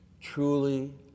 Truly